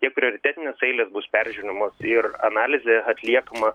tie prioritetinės eilės bus peržiūrimos ir analizė atliekama